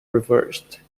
reversed